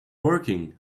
working